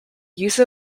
use